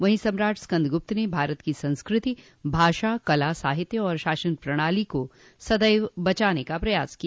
वहीं सम्राट स्कन्द गुप्त ने भारत की संस्कृति भाषा कला साहित्य और शासन प्रणाली को सदैव बचाने का प्रयास किया